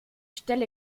stelle